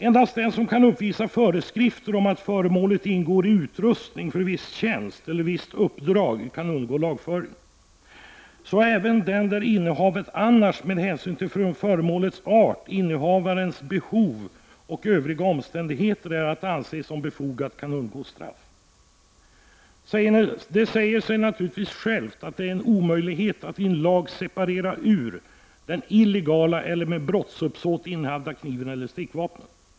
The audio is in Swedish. Endast den som kan uppvisa föreskrifter om att föremålet ingår i utrustning för viss tjänst eller visst uppdrag kan undgå lagföring; även den vars innehav annars, med hänsyn till föremålets art, innehavarens behov och övriga omständigheter är att anse som befogat, kan undgå straff. Det säger sig självt att det är en omöjlighet att i en lag skilja ut den illegalt innehavda kniven eller det med brottsuppsåt innehavda stickvapnet.